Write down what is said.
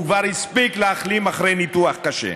הוא כבר הספיק להחלים אחרי ניתוח קשה.